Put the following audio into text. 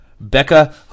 becca